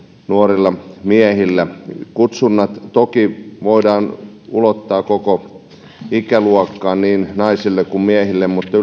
nuorilla miehillä kutsunnat toki voidaan ulottaa koko ikäluokkaan niin naisille kuin miehille mutta